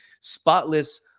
spotless